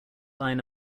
line